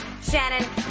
Shannon